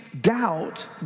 doubt